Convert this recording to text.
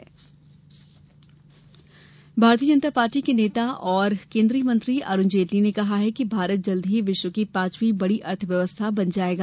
जेटली बयान भारतीय जनता पार्टी के नेता और केन्द्रीय मंत्री अरूण जेटली ने कहा है कि भारत जल्द ही विश्व की पांचवी बड़ी अर्थव्यवस्था बन जायेगा